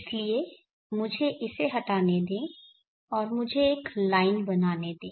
इसलिए मुझे इसे हटाने दें और मुझे एक लाइन बनाने दें